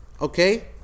Okay